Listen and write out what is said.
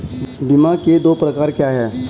बीमा के दो प्रकार क्या हैं?